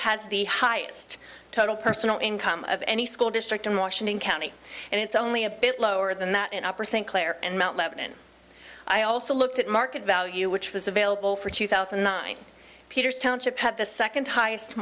has the highest total personal income of any school district in washington county and it's only a bit lower than that in upper st clair and mount lebanon i also looked at market value which was available for two thousand and nine peters township had the second highest